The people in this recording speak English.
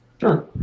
Sure